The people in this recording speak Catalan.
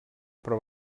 però